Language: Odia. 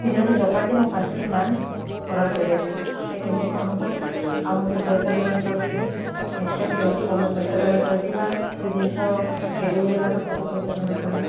ତିନୋଟି ଚପାତି ଏବଂ ପାଞ୍ଚଟି ନାନ ଅର୍ଡ଼ର୍ କରିବା ପାଇଁ ଏଟା କେମିତି କ'ଣ ହବ ଆଉ ମୁଁ ତ ପଇସା ପେମେଣ୍ଟ କରିଦେଇଛିି ନେକ୍ସଟ୍ ଟାଇମ୍ କେମିତି ପଇସା ପେମେଣ୍ଟ କରିବି ବା ସେ ଜିନିଷ ଡେଲିଭରି ହେଲା ପରେ ତାକୁ ପଇସା ପେମେଣ୍ଟ କରିବି